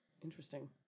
Interesting